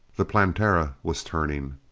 the planetara was turning.